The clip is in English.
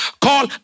call